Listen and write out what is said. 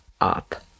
up